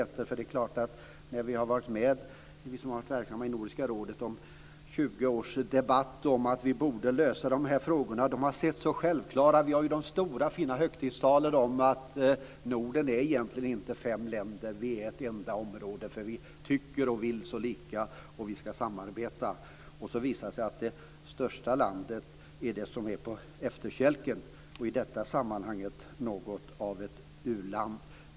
Vi som har varit verksamma i Nordiska rådet under 20 års debatter om att lösa dessa frågor anser att det är så självklart. Vi har hört högtidstalen om att Norden egentligen inte är fem länder, det är ett enda område - vi tycker och vill så lika och vi ska samarbeta. Sedan visar det sig att det största landet är på efterkälken och är i detta sammanhang något av ett u-land.